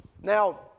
Now